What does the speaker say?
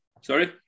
Sorry